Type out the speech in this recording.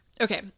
Okay